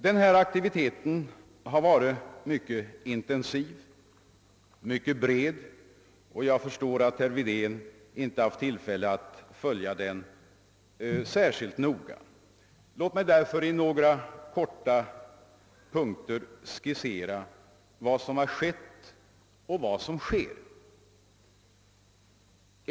Denna aktivitet har varit mycket intensiv och mycket bred, och jag förstår att herr Wedén inte haft tillfälle att följa den särskilt noga. Låt mig därför i några korta punkter skissera vad som har skett och vad som sker.